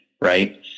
Right